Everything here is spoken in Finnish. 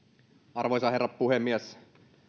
arvoisa herra puhemies